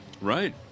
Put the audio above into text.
Right